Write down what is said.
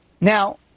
Now